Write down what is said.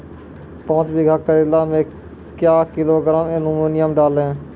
पाँच बीघा करेला मे क्या किलोग्राम एलमुनियम डालें?